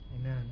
Amen